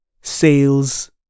sales